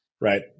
right